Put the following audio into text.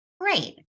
great